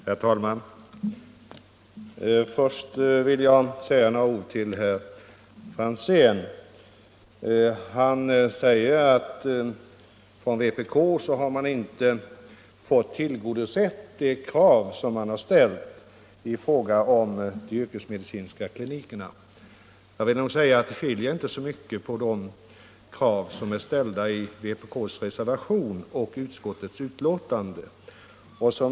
Herr talman! Först några ord till herr Franzén i Stockholm. Herr Franzén säger att vpk har inte fått de krav tillgodosedda som man har ställt i fråga om de yrkesmedicinska klinikerna. Men det skiljer nog inte så mycket mellan kraven i vpk:s reservation och utskottets betänkande.